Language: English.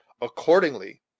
Accordingly